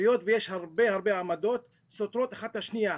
היות ויש הרבה עמדות שסותרות אחת את השנייה.